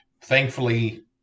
Thankfully